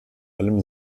allem